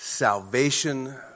Salvation